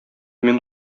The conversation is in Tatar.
мин